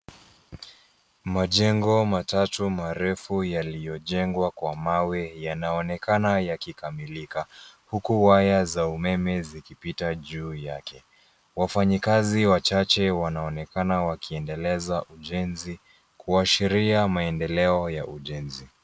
Majengo matatu marefu yaliyojengwa kwa mawe yanaonekana yakikamilika huku waya za umeme zikipita juu yake. Wafanyikazi wachache wanaonekana wakiendeleza ujenzi kuashiria maendeleo ya ujenzi.